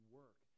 work